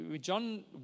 John